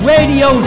Radio